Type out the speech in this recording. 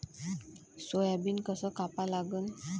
Soybean कस कापा लागन?